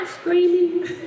screaming